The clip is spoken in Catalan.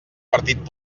partit